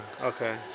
okay